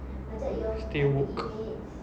stay woke